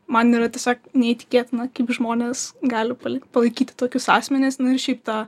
man yra tiesiog neįtikėtina kaip žmonės gali palikt palaikyti tokius asmenis ir šiaip tą